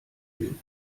will